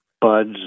buds